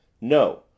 no